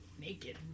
naked